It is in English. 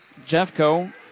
Jeffco